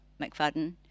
McFadden